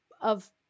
of-